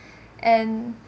and